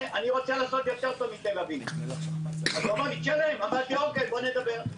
רוצה לעשות יותר טוב מתל-אביב אז הוא אמר לי --- אמרתי: בוא נדבר.